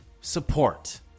support